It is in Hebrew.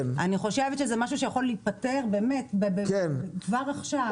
אני חושבת שזה משהו שיכול להיפתר כבר עכשיו.